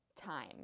time